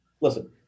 listen